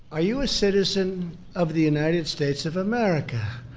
are you a citizen of the united states of america?